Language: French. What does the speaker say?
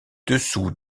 dessous